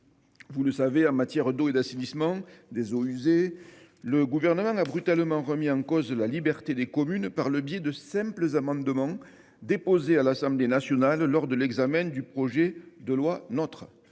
Vous le savez, en matière d'eau et d'assainissement des eaux usées, le Gouvernement a brutalement remis en cause la liberté des communes par le biais de simples amendements déposés à l'Assemblée nationale lors de l'examen du projet de loi NOTRe.